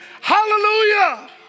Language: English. hallelujah